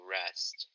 rest